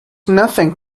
nothing